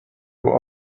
was